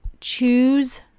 choose